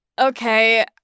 okay